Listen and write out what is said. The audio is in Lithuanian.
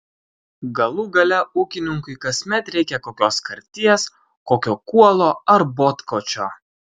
galų gale ūkininkui kasmet reikia kokios karties kokio kuolo ar botkočio